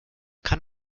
kann